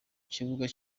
kibuga